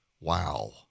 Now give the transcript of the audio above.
Wow